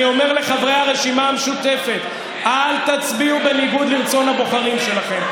אני אומר לחברי הרשימה המשותפת: אל תצביעו בניגוד לרצון הבוחרים שלכם.